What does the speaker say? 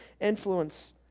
influence